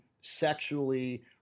sexually